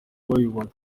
babibona